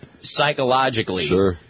psychologically